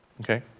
okay